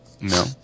No